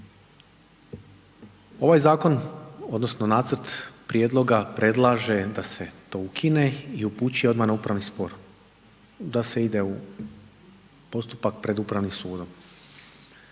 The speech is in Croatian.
Ovaj zakon odnosno nacrt prijedloga predlaže da se to ukine i upućuje odmah na upravni spor, da se ide u postupak pred Upravnim sudom.